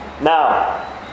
Now